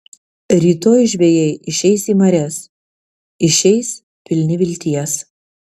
rytoj žvejai išeis į marias išeis pilni vilties